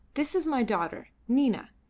this is my daughter. nina,